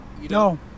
No